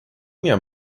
minha